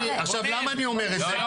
עכשיו למה אני אומר את זה -- לא,